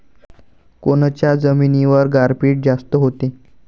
कोनच्या जमिनीवर गारपीट जास्त व्हते?